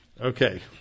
Okay